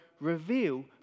reveal